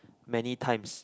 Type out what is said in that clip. many times